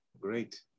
great